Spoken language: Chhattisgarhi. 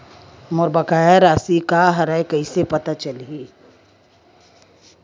मोर बकाया राशि का हरय कइसे पता चलहि?